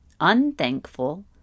unthankful